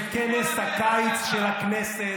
של כנס הקיץ של הכנסת.